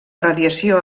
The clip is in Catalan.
radiació